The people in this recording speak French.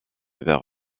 vers